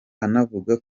anavuga